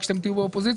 כשאתם תהיו באופוזיציה,